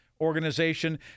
organization